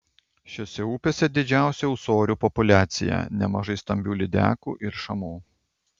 šiose upėse didžiausia ūsorių populiacija nemažai stambių lydekų ir šamų